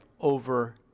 over